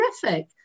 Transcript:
terrific